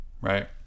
right